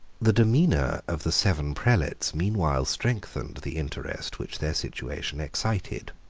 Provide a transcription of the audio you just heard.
the demeanour of the seven prelates meanwhile strengthened the interest which their situation excited.